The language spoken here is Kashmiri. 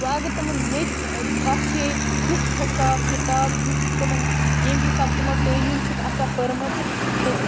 وۄنۍ اگر تِمَن ییٚتہِ آسہِ ہے تیُتھ حِساب کِتاب یُس تِمَن ییٚمہِ حِساب تِمَن تٲلیٖم چھِکھ آسان پٔرمٕژ تہٕ